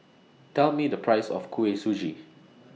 Tell Me The Price of Kuih Suji